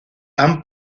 han